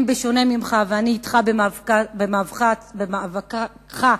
בשונה ממך, אני אתך במאבקך הצודק